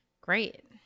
great